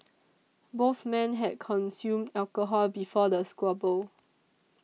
both men had consumed alcohol before the squabble